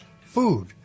food